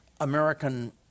American